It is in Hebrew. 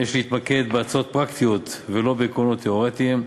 יש להתמקד בהצעות פרקטיות ולא בעקרונות תיאורטיים.